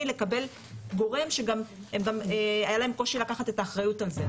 לקבל גורם שגם היה להם קושי לקחת את האחריות על זה,